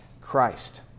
Christ